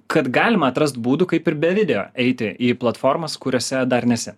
kad galima atrast būdų kaip ir be video eiti į platformas kuriose dar nesi